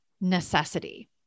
necessity